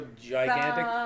gigantic